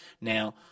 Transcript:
Now